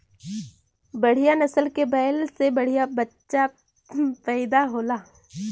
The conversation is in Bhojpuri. बढ़िया नसल के बैल से बढ़िया बच्चा पइदा होला